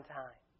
time